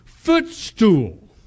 footstool